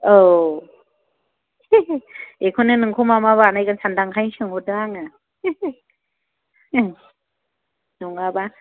औ बेखौनो नोंखौ मा मा बानायगोन सानदों आं ओंखायनो सोंहरदों आङो नङाबा